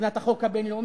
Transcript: מבחינת החוק הבין-לאומי,